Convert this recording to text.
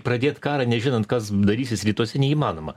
pradėt karą nežinant kas darysis rytuose neįmanoma